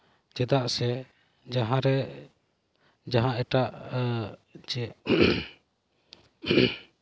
ᱪᱮᱫᱟᱜ ᱥᱮ ᱡᱟᱦᱟᱸᱨᱮ ᱡᱟᱦᱟᱸ ᱮᱴᱟᱜ ᱪᱮ